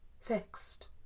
fixed